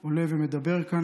אני עולה ומדבר כאן.